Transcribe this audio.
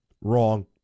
wrong